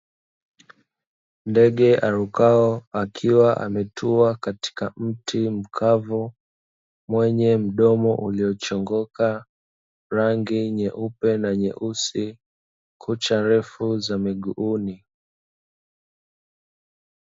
Ndege arukaye akiwa ametua katika mti mkavu, mwenye mdomo uliochongoka, rangi nyeupe na nyesusi, kucha refu za miguuni.